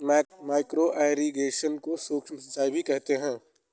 micro irrigation को सूक्ष्म सिंचाई भी कहते हैं